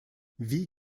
wie